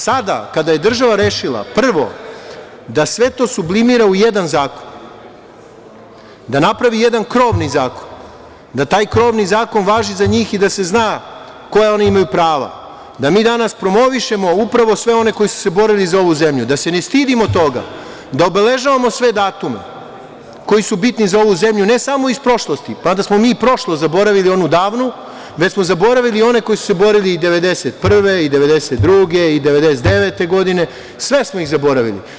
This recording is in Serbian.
Sada, kada je država rešila prvo da sve to sublimira u jedan zakon, da napravi jedan krovni zakon, da taj krovni zakon važi za njih i da se zna koja oni imaju prava, da mi danas promovišemo upravo sve one koji su se borili za ovu zemlju, da se ne stidimo toga, da obeležavamo sve datume koji su bitni za ovu zemlju, ne samo iz prošlosti, mada smo mi i prošlost zaboravili onu davnu, već smo zaboravili i one koji su se borili i 1991, 1992, 1999. godine, sve smo ih zaboravili.